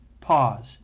pause